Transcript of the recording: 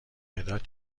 مداد